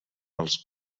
els